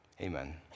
amen